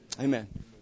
Amen